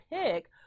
pick